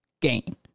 game